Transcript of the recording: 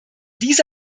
diese